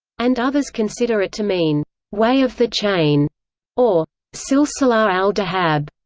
and others consider it to mean way of the chain or silsilat al-dhahab.